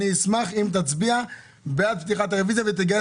אני אשמח אם תצביע בעד פתיחת הרביזיה ותגייס